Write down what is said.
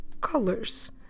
colors